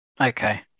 Okay